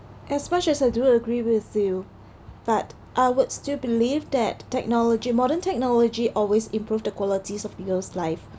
as much as I do agree with you but I would still believe that technology modern technology always improve the qualities of people's live